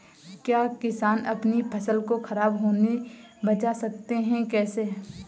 क्या किसान अपनी फसल को खराब होने बचा सकते हैं कैसे?